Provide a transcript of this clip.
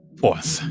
fourth